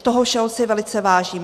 Toho všeho si velice vážím.